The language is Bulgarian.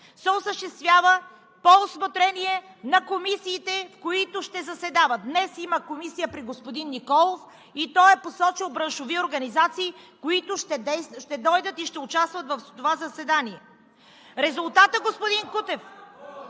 се осъществява по усмотрение на комисиите, които ще заседават. Днес има комисия при господин Николов и той е посочил браншови организации, които ще дойдат и ще участват в това заседание. Резултатът, господин Кутев